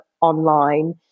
online